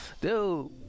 dude